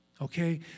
okay